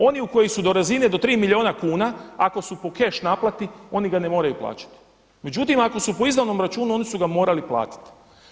Oni koji su do razine do tri milijuna kuna, ako su po keš naplati oni ga ne moraju plaćati, međutim ako su po izdanom računu oni su ga morali platiti.